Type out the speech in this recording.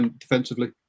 defensively